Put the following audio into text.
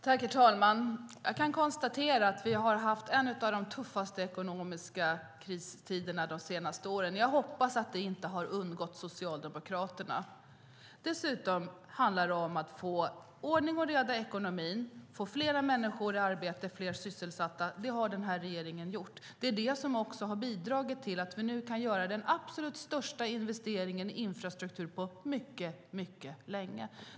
Herr talman! Jag kan konstatera att vi har haft en av de tuffaste ekonomiska kriserna de senaste åren. Jag hoppas att det inte har undgått Socialdemokraterna. Dessutom handlar det om att få ordning och reda i ekonomin och att få fler människor i arbete och fler sysselsatta. Det har denna regering gjort. Det är det som har bidragit till att vi nu kan göra den absolut största investeringen i infrastruktur på mycket länge.